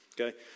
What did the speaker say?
okay